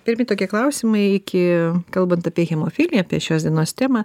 pirmi tokie klausimai iki kalbant apie hemofiliją apie šios dienos temą